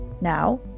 Now